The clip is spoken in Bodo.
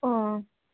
अ